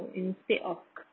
instead of